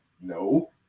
No